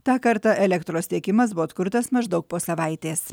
tą kartą elektros tiekimas buvo atkurtas maždaug po savaitės